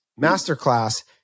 Masterclass